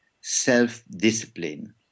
self-discipline